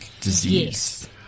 disease